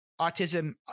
autism